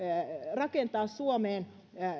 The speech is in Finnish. rakentaa suomeen